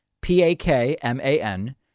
P-A-K-M-A-N